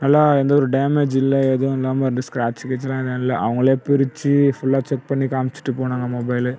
நல்லா எந்த ஒரு டேமேஜ் இல்லை எதுவும் இல்லாமல் அந்த ஸ்க்ராச் கீச்லாம் எதுவும் இல்லை அவங்களே பிரித்து ஃபுல்லாக செக் பண்ணி காமிச்சிட்டு போனாங்க மொபைல்